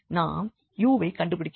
நாம் u வைக் கண்டுபிடிக்க வேண்டும்